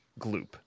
gloop